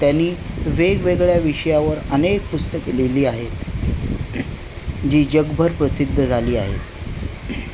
त्यानी वेगवेगळ्या विषयावर अनेक पुस्तके लिहिली आहेत जी जगभर प्रसिद्ध झाली आहेत